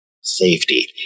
safety